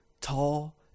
Tall